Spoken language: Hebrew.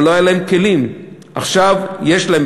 אבל לא היו להם כלים, ועכשיו יש להם.